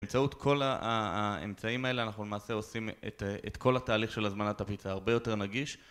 באמצעות כל האמצעים האלה אנחנו למעשה עושים את כל התהליך של הזמנת הפיצה הרבה יותר נגיש